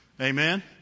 Amen